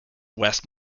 west